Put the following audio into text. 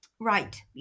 right